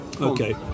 Okay